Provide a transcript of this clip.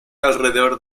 alrededor